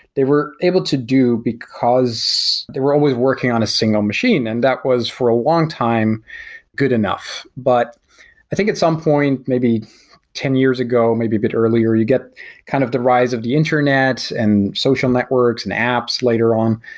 they were able to do because they were always working on a single machine, and that was for a long time good enough. but i think at some point, maybe ten years ago, maybe a bit earlier, you get kind of the rise of the internet and social network and apps later on,